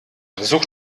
such